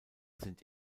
sind